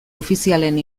ofizialen